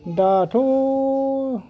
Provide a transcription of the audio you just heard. दाथ'